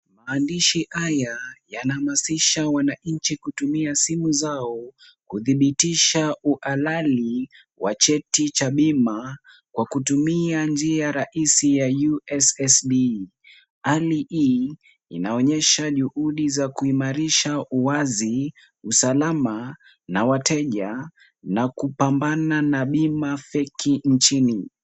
Maandishi haya yanahamasisha wananchi kutumia simu zao kuthibitisha uhalali wa cheti cha bima kwa kutumia njia rahisi ya USSD . Hali hii inaonyesha juhudi za kuimarisha wazi usalama na wateja na kupambana na bima feki nchini.